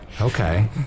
Okay